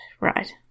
right